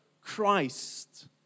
Christ